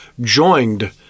joined